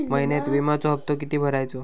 महिन्यात विम्याचो हप्तो किती भरायचो?